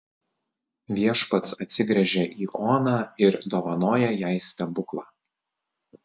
viešpats atsigręžia į oną ir dovanoja jai stebuklą